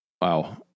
Wow